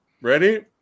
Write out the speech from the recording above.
ready